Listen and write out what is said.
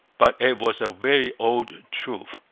but it was a very old truth,